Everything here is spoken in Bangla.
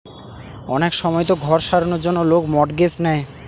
অনেক সময়তো ঘর সারানোর জন্য লোক মর্টগেজ নেয়